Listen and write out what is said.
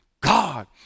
God